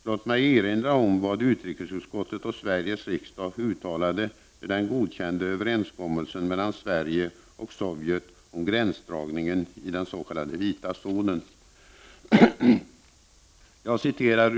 Låt mig erinra om vad utrikesutskottet och Sveriges riksdag uttalade när överenskommelsen mellan Sverige och Sovjet om gränsdragningen i den s.k. vita zonen godkändes.